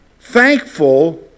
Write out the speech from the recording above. thankful